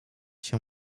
się